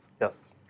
Yes